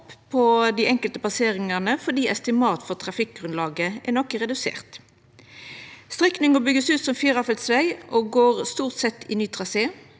på dei enkelte passeringane fordi estimat for trafikkgrunnlaget er noko redusert. Strekninga skal byggjast ut som firefelts veg og går stort sett i ny trasé.